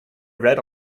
read